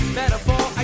metaphor